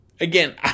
Again